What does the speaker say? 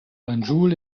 banjul